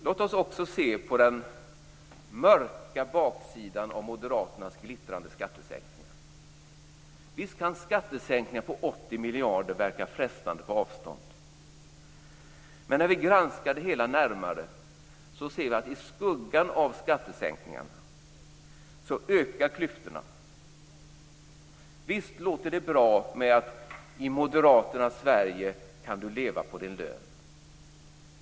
Låt oss också se på den mörka baksidan av Moderaternas glittrande skattesänkningar. Visst kan skattesänkningar på 80 miljarder verka frestande på avstånd. Men när vi granskar det hela närmare, ser vi att i skuggan av skattesänkningarna ökar klyftorna. Visst låter det bra med att i Moderaternas Sverige kan du leva på din lön.